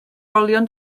olion